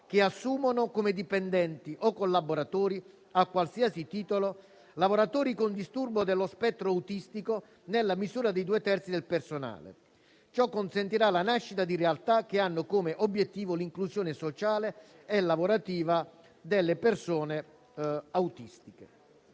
che assumono, come dipendenti o collaboratori a qualsiasi titolo, lavoratori con disturbo dello spettro autistico nella misura di due terzi del personale. Ciò consentirà la nascita di realtà che hanno come obiettivo l'inclusione sociale e lavorativa delle persone autistiche.